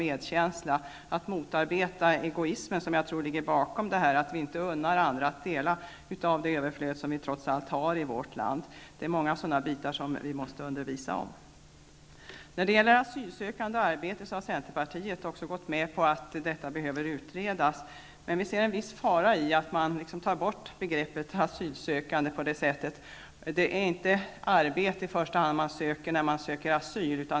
Det gäller att kunna motarbeta egoismen, som jag tror ligger bakom att vi inte unnar andra att dela det överflöd som vi trots allt har i vårt land. Det finns många sådana frågor att undervisa om. När det gäller asylsökande och rätt till arbete, har centerpartiet också gått med på att frågan behöver utredas. Vi ser en viss fara i att ta bort begreppet asylsökande. Det är inte i första hand arbete man söker när man söker asyl.